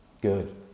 Good